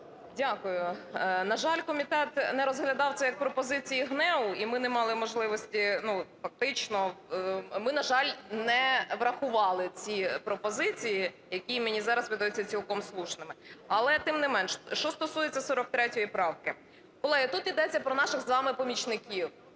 Дякую. На жаль, комітет не розглядав це як пропозиції ГНЕУ, і ми не мали можливості, ну, фактично... Ми, на жаль, не врахували ці пропозиції, які мені зараз видаються цілком слушними. Але, тим не менш, що стосується 43 правки. Колеги, тут ідеться про наших з вами помічників,